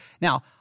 Now